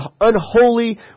unholy